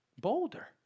bolder